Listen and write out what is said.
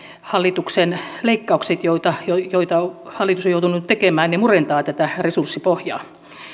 hallituksen leikkaukset joita joita hallitus on joutunut tekemään murentavat tätä resurssipohjaa